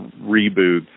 reboots